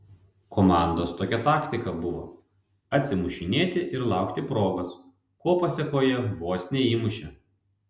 komandos tokia taktika buvo atsimušinėti ir laukti progos ko pasėkoje vos neįmušė